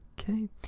okay